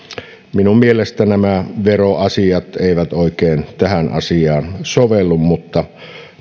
minun mielestäni nämä veroasiat eivät oikein tähän asiaan sovellu mutta